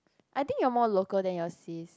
I think you are more local than your sis